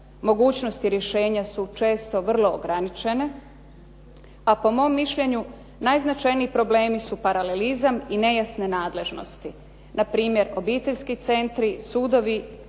Mogućnosti rješenja su često vrlo ograničene, a po mom mišljenju najznačajniji problemi su paralelizam i nejasne nadležnosti. Npr. obiteljski centri, sudovi,